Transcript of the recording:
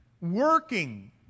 working